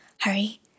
hurry